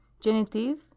genitive